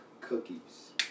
cookies